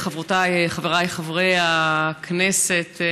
חברותיי, חבריי חברי הכנסת,